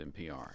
NPR